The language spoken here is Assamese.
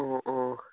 অঁ অঁ